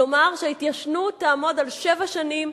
כלומר שההתיישנות תעמוד על שבע שנים,